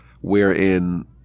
wherein